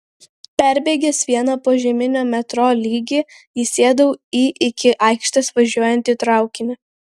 perbėgęs vieną požeminio metro lygį įsėdau į iki aikštės važiuojantį traukinį